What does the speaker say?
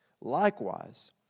Likewise